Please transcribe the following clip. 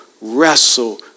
wrestle